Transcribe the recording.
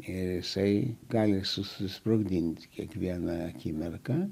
ir jisai gali susisprogdinti kiekvieną akimirką